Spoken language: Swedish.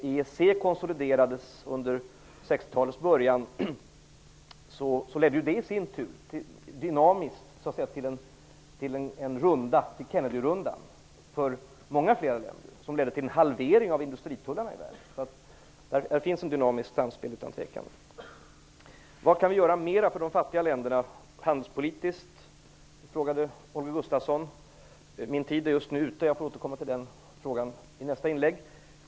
EEC konsoliderades i början av 60-talet. Detta i sin tur ledde dynamiskt till Kennedyrundan, och det gällde då långt fler länder. Det blev en halvering av industritullarna i världen. Här finns alltså utan tvekan ett dynamiskt samspel. Vad mera kan vi göra för de fattiga länderna handelspolitiskt? frågade Holger Gustafsson. Eftersom taletiden är slut får jag återkomma till den frågan i nästa inlägg.